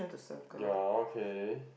ya okay